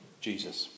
Jesus